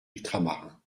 ultramarins